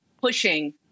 pushing